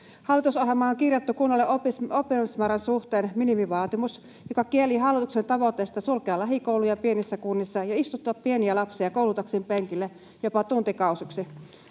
Hallitusohjelmaan on kirjattu kunnille oppilasmäärän suhteen minimivaatimus, joka kielii hallituksen tavoitteesta sulkea lähikouluja pienissä kunnissa ja istuttaa pieniä lapsia koulutaksin penkille jopa tuntikausiksi.